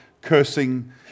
cursing